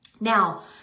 now